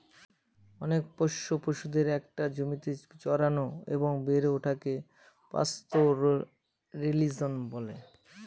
অনেক পোষ্য পশুদের একটা জমিতে চড়ানো এবং বেড়ে ওঠাকে পাস্তোরেলিজম বলে